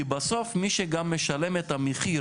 כי מי שמשלם את המחיר